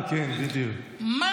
כץ, מה